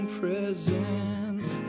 presents